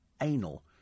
anal